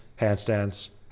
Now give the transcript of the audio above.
handstands